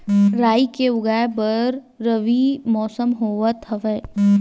राई के उगाए बर रबी मौसम होवत हवय?